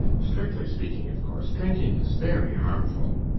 strictly speaking, of course, drinking is very harmful.